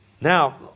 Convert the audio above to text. Now